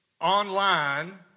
online